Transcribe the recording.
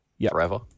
forever